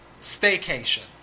staycation